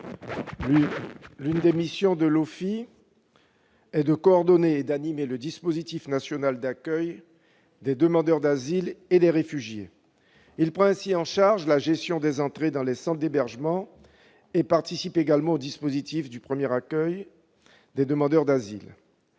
et de l'intégration est de coordonner et animer le dispositif national d'accueil des demandeurs d'asile et des réfugiés. Il prend ainsi en charge la gestion des entrées dans les centres d'hébergement et participe au dispositif du premier accueil des demandeurs d'asile.